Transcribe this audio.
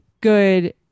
good